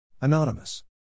Anonymous